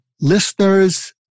listeners